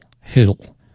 Hill